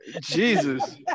Jesus